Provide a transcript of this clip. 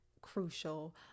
crucial